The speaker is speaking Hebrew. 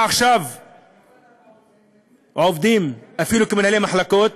והם עכשיו עובדים אפילו כמנהלי מחלקות,